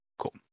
Cool